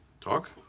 Talk